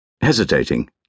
hesitating